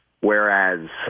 Whereas